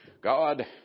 God